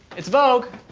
it's vogue.